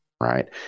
Right